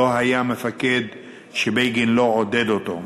לא היה מפקד שבגין לא עודד אותו.